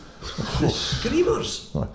Screamers